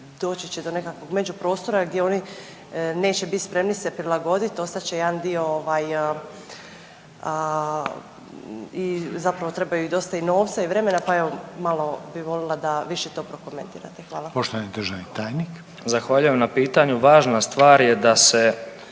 doći će do nekakvog međuprostora gdje oni neće bit spremni se prilagodit, ostat će jedan dio ovaj i zapravo trebaju i dosta i vremena, pa evo malo bi volila da više to prokomentirate. Hvala. **Reiner, Željko (HDZ)** Poštovani državni tajnik. **Bilaver, Josip (HDZ)** Zahvaljujem na pitanju. Važna stvar je da se